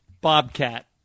Bobcat